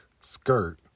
skirt